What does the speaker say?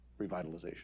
revitalization